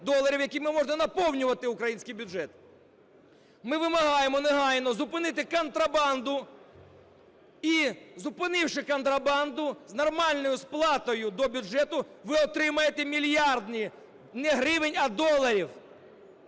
якими можна наповнювати український бюджет. Ми вимагаємо негайно зупинити контрабанду і, зупинивши контрабанду, з нормально сплатою до бюджету ви отримаєте мільярди не гривень, а доларів.